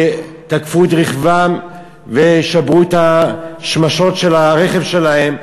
ותקפו את רכבם ושברו את השמשות של הרכב שלהם,